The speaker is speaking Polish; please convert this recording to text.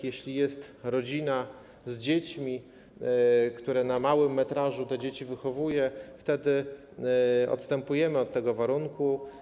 Jeśli jest rodzina z dziećmi, która na małym metrażu te dzieci wychowuje, wtedy odstępujemy od tego warunku.